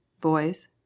Boys